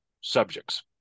subjects